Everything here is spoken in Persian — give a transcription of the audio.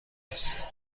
است